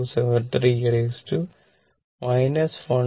273 e 1